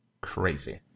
crazy